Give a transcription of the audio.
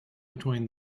between